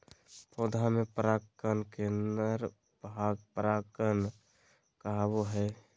पौधा में पराग कण का नर भाग परागकण कहावो हइ